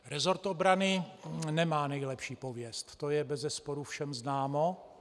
Resort obrany nemá nejlepší pověst, to je bezesporu všem známo.